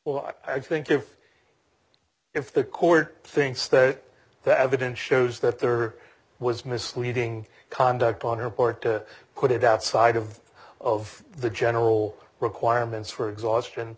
well i think if if the court thinks that that evidence shows that there was misleading conduct on her part to put it outside of of the general requirements for exhaustion